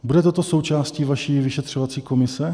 Bude toto součástí vaší vyšetřovací komise?